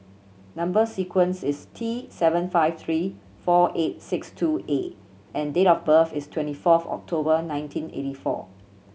number sequence is T seven five three four eight six two A and date of birth is twenty fourth October nineteen eighty four